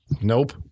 Nope